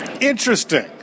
Interesting